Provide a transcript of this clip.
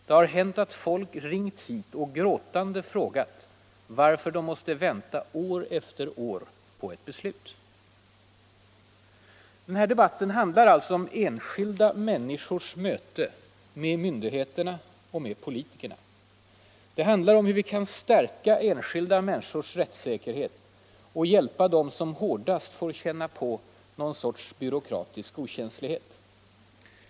Det har hänt att folk har ringt hit och gråtande frågat varför de måste vänta år efter år på ett beslut.” Denna debatt handlar alltså om enskilda människors möte med myndigheterna och med politikerna. Här handlar det om hur vi kan stärka enskilda människors rättssäkerhet och hjälpa dem som hårdast får känna på någon sorts byråkratisk okänslighet.